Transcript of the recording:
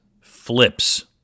flips